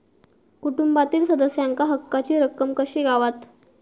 कुटुंबातील सदस्यांका हक्काची रक्कम कशी गावात?